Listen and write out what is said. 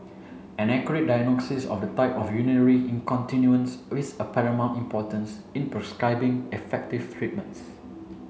an accurate diagnosis of the type of urinary is a paramount importance in prescribing effective treatments